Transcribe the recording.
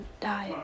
die